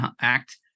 act